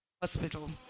hospital